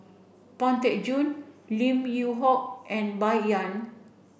Pang Teck Joon Lim Yew Hock and Bai Yan